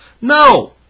No